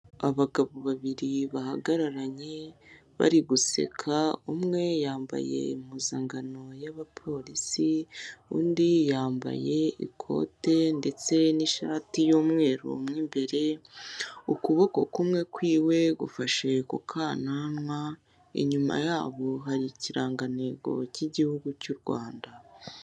Abagabo babiri bahagararanye bari guseka umwe yambaye impuzangano y'abapolisi, undi yambaye ikote ndetse n'ishati y'umweru mu imbere ukuboko kumwe kw'iwe gufashe ku kananwa, inyuma yabo hari ikirangantego k'igihugu cy' u Rwanda.